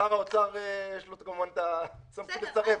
שר האוצר, יש לו כמובן את הסמכות לסרב.